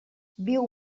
viu